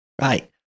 right